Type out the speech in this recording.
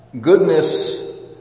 goodness